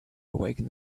awaken